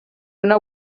una